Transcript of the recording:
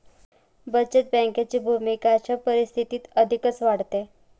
बचत बँकेची भूमिका अशा परिस्थितीत अधिकच वाढते